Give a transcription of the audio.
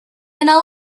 yna